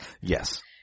Yes